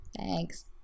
Thanks